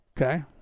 Okay